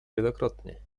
wielokrotnie